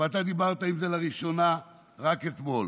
ואתה דיברת על זה לראשונה רק אתמול.